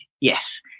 yes